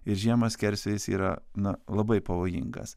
ir žiemą skersvėjis yra na labai pavojingas